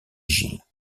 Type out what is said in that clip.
gilles